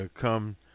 come